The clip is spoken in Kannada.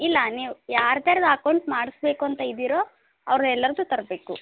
ಇಲ್ಲ ನೀವು ಯಾರದ್ಯಾರದ್ದು ಅಕೌಂಟ್ ಮಾಡಿಸ್ಬೇಕಂತ ಇದ್ದಿರೋ ಅವ್ರೆಲ್ಲಾರದ್ದು ತರಬೇಕು